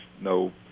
no